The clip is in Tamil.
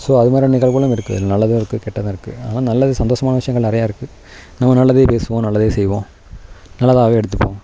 ஸோ அது மாதிரியான நிகழ்வுகளும் இருக்குது நல்லதும் இருக்குது கெட்டதும் இருக்குது ஆனால் நல்லது சந்தோஷமான விஷயங்கள் நிறையா இருக்குது நம்ம நல்லதையே பேசுவோம் நல்லதையே செய்வோம் நல்லதாகவே எடுத்துப்போம்